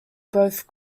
both